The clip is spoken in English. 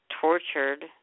tortured